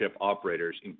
operators